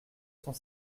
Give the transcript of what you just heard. cent